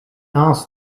asked